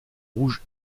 rouge